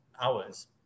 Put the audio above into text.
hours